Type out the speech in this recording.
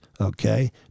okay